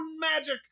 magic